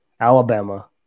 Alabama